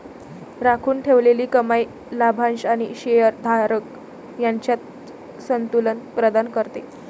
राखून ठेवलेली कमाई लाभांश आणि शेअर धारक यांच्यात संतुलन प्रदान करते